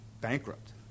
bankrupt